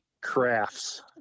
crafts